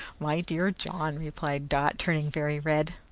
my dear john! replied dot, turning very red.